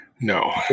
No